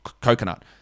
Coconut